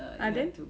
ah then